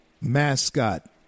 mascot